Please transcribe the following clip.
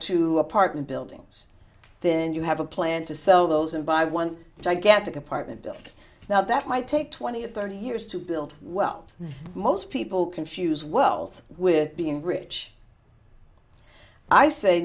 two apartment buildings then you have a plan to sell those and buy one gigantic apartment building now that might take twenty or thirty years to build wealth and most people confuse wealth with being rich i say